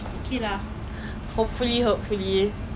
because I like got interest in them right